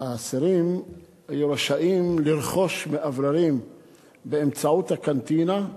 שהאסירים היו רשאים לרכוש מאווררים באמצעות הקנטינה,